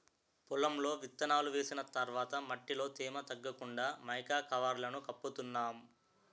పొలంలో విత్తనాలు వేసిన తర్వాత మట్టిలో తేమ తగ్గకుండా మైకా కవర్లను కప్పుతున్నాం